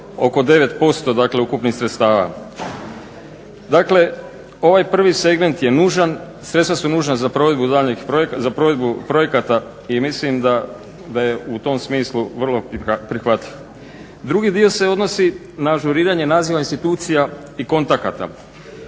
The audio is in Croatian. oko 9% dakle ukupnih sredstava. Dakle, ovaj prvi segment je nužan, sredstva su nužna za provedbu projekata i mislim da je u tom smislu vrlo prihvatljiv. Drugi dio se odnosi na ažuriranje naziva institucija i kontakata